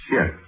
Yes